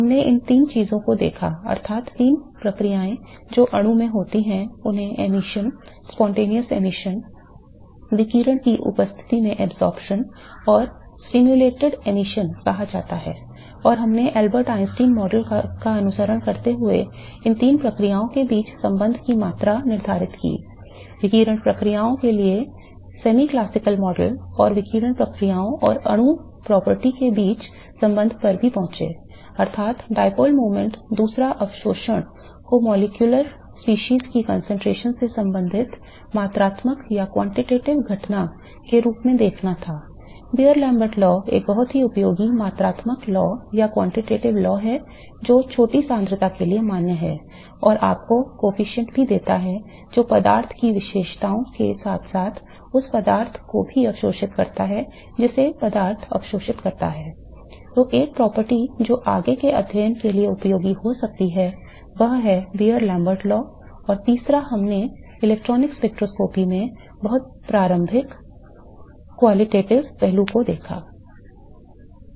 हमने तीन चीजों को देखा अर्थात् तीन प्रक्रियाएं जो अणु में होती हैं जिन्हें उत्सर्जन पहलू को देखा